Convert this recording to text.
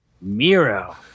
Miro